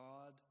God